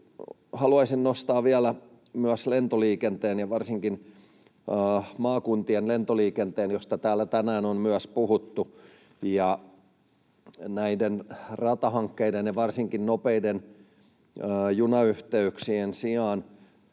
Haluaisin nostaa vielä myös lentoliikenteen ja varsinkin maakuntien lentoliikenteen, josta täällä tänään on myös puhuttu. Näiden ratahankkeiden ja varsinkin nopeiden junayhteyksien sijaan